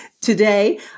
today